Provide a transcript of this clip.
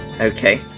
Okay